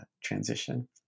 transition